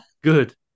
Good